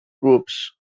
groups